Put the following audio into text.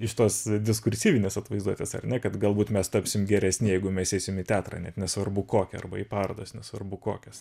iš tos diskursyvinės atvaizduotės ar ne kad galbūt mes tapsim geresni jeigu mes eisim į teatrą net nesvarbu kokią arba į parodas nesvarbu kokias